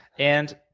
and